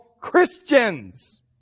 Christians